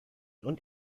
und